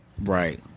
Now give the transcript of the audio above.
Right